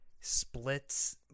splits